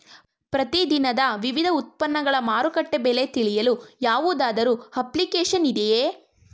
ಪ್ರತಿ ದಿನದ ವಿವಿಧ ಉತ್ಪನ್ನಗಳ ಮಾರುಕಟ್ಟೆ ಬೆಲೆ ತಿಳಿಯಲು ಯಾವುದಾದರು ಅಪ್ಲಿಕೇಶನ್ ಇದೆಯೇ?